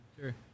sure